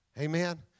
amen